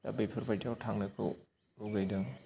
दा बेफोरबायदियाव थांनोखौ लुगैदों